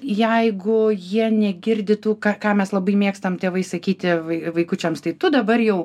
jeigu jie negirdi tų ką ką mes labai mėgstam tėvai sakyti vaikučiams tai tu dabar jau